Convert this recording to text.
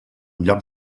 lloc